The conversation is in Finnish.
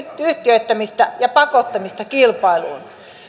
yhtiöittämistä ja pakottamista kilpailuun